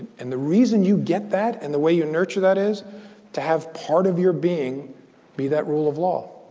and the reason you get that, and the way you nurture that is to have part of your being be that rule of law.